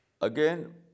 Again